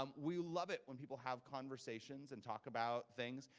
um we love it when people have conversations and talk about things,